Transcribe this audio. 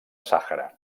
sàhara